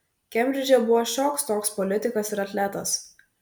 kembridže buvo šioks toks politikas ir atletas